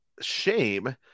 Shame